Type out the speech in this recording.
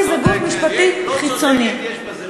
יש בזה משהו.